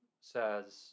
says